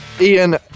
Ian